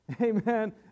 amen